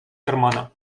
кармана